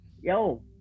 yo